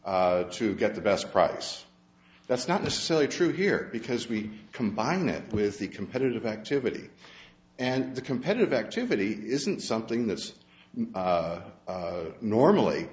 to get the best price that's not necessarily true here because we combine it with the competitive activity and the competitive activity isn't something that's normally